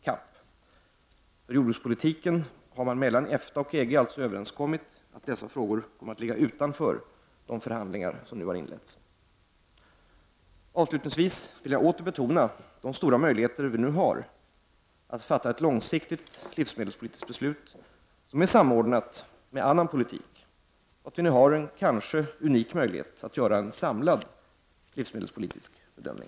För jordbrukspolitiken har man mellan EFTA och EG alltså överenskommit att dessa frågor kommer att ligga utanför de förhandlingar som nu har inletts. Avslutningsvis vill jag åter betona de stora möjligheter vi nu har att fatta ett långsiktigt livsmedelspolitiskt beslut som är samordnat med annan politik och att vi nu har en kanske unik möjlighet att göra en samlad livsmedelspolitisk bedömning.